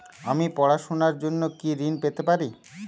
আমি পড়াশুনার জন্য কি ঋন পেতে পারি?